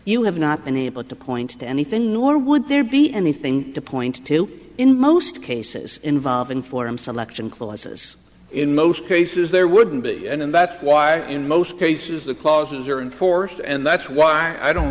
you have not been able to point to anything nor would there be anything to point to in most cases involving forum selection clauses in most cases there wouldn't be any and that's why in most cases the clauses are and forth and that's why i don't